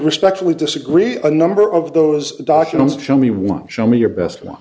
respectfully disagree on a number of those documents show me one show me your best one